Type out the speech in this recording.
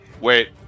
Wait